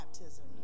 baptism